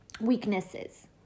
weaknesses